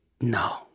no